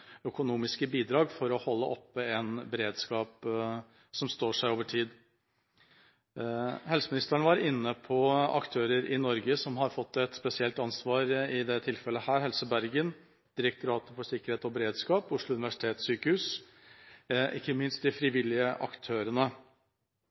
økonomiske bidrag for å holde oppe en beredskap som står seg over tid. Helseministeren var inne på aktører i Norge som har fått et spesielt ansvar i dette tilfellet: Helse Bergen, Direktoratet for samfunnssikkerhet og beredskap, Oslo universitetssykehus og ikke minst de